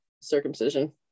circumcision